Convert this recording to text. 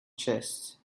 chest